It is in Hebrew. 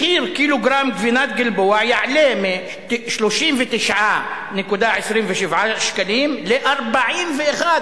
מחיר קילוגרם גבינת "גלבוע" יעלה מ-39.27 שקלים ל-41.62,